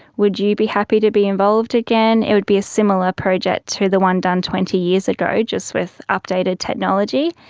would you be happy to be involved again? it would be a similar project to the one done twenty years ago, just with updated technology.